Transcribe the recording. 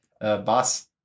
Boss